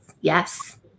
Yes